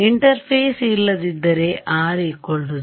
interface ಇಲ್ಲದಿದ್ದರೆ R0